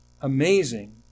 amazing